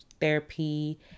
therapy